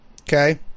Okay